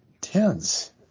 tense